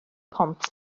pont